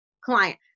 client